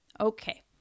Okay